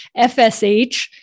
FSH